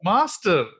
Master